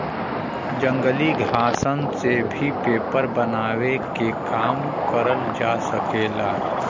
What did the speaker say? जंगली घासन से भी पेपर बनावे के काम करल जा सकेला